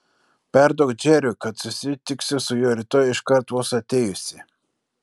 perduok džeriui kad susitiksiu su juo rytoj iškart vos atėjusi